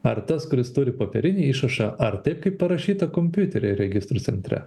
ar tas kuris turi popierinį išrašą ar taip kaip parašyta kompiuteryje registrų centre